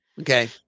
Okay